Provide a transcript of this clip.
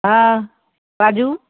हँ बाजू